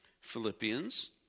Philippians